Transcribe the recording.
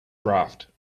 draft